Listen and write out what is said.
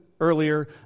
earlier